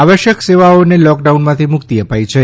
આવશ્યક સેવાઓને લોકડાઉનમાંથી મુક્તિ અપાઈ છે